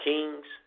Kings